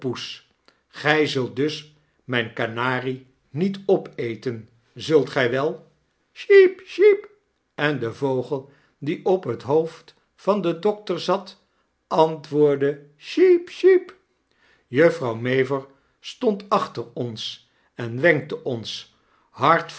zult dus mijn kanarie niet opeten zult gij wel sjiep sjiep i en de vogel die op het hoofd van den dokter zat antwoordde sjiep sjiep juffrouw mavor stond achter ons en wenkte ons hard